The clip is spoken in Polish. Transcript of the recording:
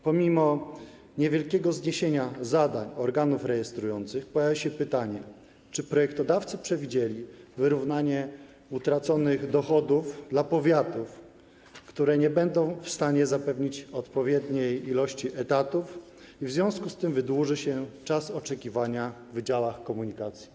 Pomimo niewielkiego zniesienia zadań organów rejestrujących pojawia się pytanie, czy projektodawcy przewidzieli wyrównanie utraconych dochodów dla powiatów, które nie będą w stanie zapewnić odpowiedniej ilości etatów, i w związku z tym wydłuży się czas oczekiwania w wydziałach komunikacji.